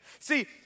See